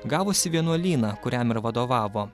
gavusi vienuolyną kuriam ir vadovavo